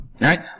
Right